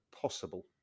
possible